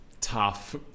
tough